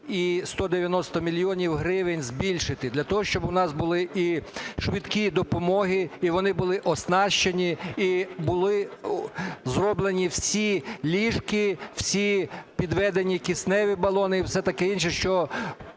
і 190 мільйонів гривень збільшити для того, щоб у нас були і швидкі допомоги і вони були оснащені, і були зроблені всі ліжка, всі підведені кисневі балони і все таке інше, що